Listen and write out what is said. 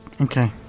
Okay